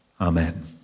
Amen